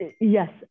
Yes